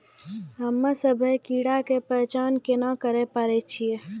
हम्मे सभ्भे कीड़ा के पहचान केना करे पाड़ै छियै?